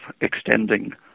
extending